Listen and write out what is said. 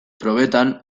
probetan